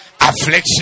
affliction